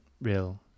real